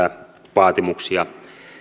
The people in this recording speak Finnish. vaatimuksia